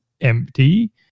empty